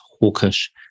hawkish